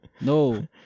no